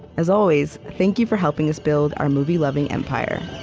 as always, thank you for helping us build our movie-loving empire